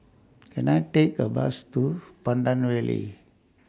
Can I Take A Bus to Pandan Valley